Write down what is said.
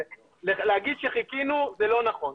להגיד שחיכינו, זה לא נכון.